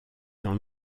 dans